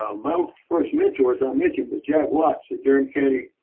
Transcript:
ah my first mentor as i mentioned was jack watts the durham county